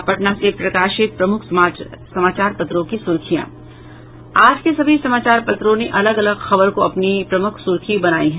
अब पटना से प्रकाशित प्रमुख समाचार पत्रों की सुर्खियां आज के सभी समाचार पत्रों ने अलग अलग खबर को अपनी प्रमुख सुर्खी बनायी है